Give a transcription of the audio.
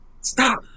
stop